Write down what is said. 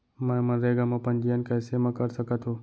मैं मनरेगा म पंजीयन कैसे म कर सकत हो?